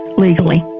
legally.